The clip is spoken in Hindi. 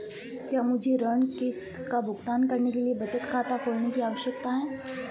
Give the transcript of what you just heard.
क्या मुझे ऋण किश्त का भुगतान करने के लिए बचत खाता खोलने की आवश्यकता है?